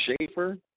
Schaefer